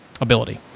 ability